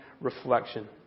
reflection